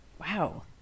Wow